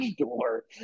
door